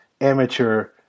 amateur